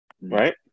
Right